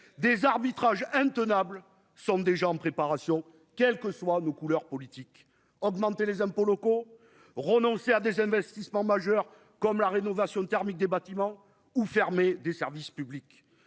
des arbitrages intenable sommes déjà en préparation, quelles que soient nos couleurs politiques, augmenter les impôts locaux renoncer à des investissements majeurs comme la rénovation thermique des bâtiments ou fermer des services publics,